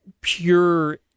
pure